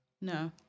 No